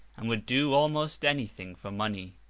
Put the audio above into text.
and would do almost anything for money.